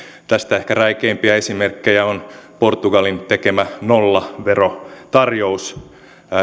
tästä ehkä räikeimpiä esimerkkejä on portugalin tekemä nollaverotarjous